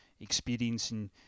experiencing